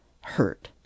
hurt